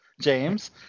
James